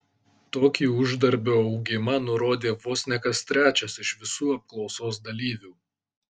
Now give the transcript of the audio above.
tokį uždarbio augimą nurodė vos ne kas trečias iš visų apklausos dalyvių